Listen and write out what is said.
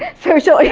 social yeah